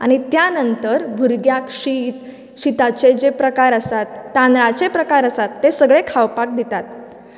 आनी त्या नंतर भुरग्यांक शीत शिताचे जे प्रकार आसात तांदळाचे प्रकार आसात ते सगळें खावपाक दितात